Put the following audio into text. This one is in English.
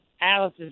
Alice